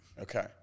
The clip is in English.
Okay